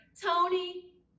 Tony